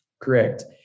Correct